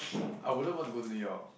I wouldn't want to go to New York